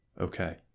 okay